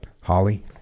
Holly